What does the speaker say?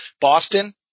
Boston